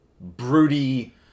broody